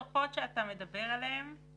לדעתי זו הפעם הראשונה שאתה מתארח בחדר